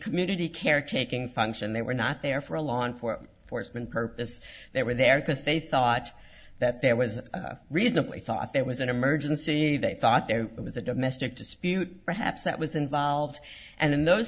community caretaking function they were not there for a lawn for foresman purpose they were there because they thought that there was reasonably thought there was an emergency they thought there was a domestic dispute perhaps that was involved and in those